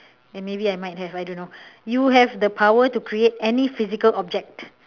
maybe I might have I don't know you have the power to create any physical object